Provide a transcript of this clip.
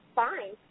fine